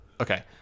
Okay